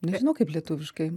nežinau kaip lietuviškai